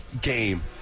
game